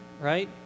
right